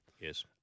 Yes